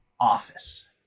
office